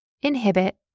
inhibit